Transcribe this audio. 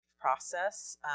process